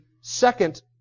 second